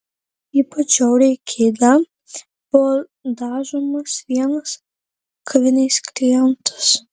ypač žiauriai kėde buvo daužomas vienas kavinės klientas